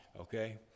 Okay